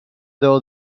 though